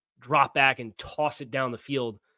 drop-back-and-toss-it-down-the-field